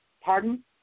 Pardon